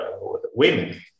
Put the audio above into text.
women